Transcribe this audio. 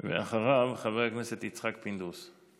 אחריו, חבר הכנסת יצחק פינדרוס.